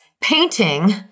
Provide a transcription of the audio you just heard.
painting